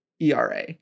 ERA